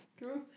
Cool